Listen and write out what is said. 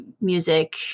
music